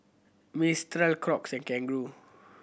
Mistral Crocs and Kangaroo